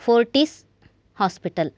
forties hospital